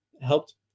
helped